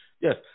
Yes